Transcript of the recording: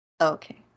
Okay